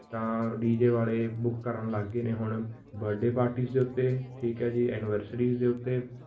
ਤਾਂ D J ਵਾਲੇ book ਕਰਨ ਲੱਗ ਗਏ ਨੇ ਹੁਣ ਬਰਡੇ ਪਾਰਟੀਜ਼ ਦੇ ਉੱਤੇ ਠੀਕ ਹੈ ਜੀ ਐਨਵਰਸਰੀਜ਼ ਦੇ ਉੱਤੇ